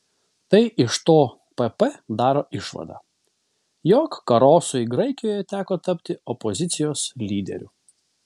tai iš to pp daro išvadą jog karosui graikijoje teko tapti opozicijos lyderiu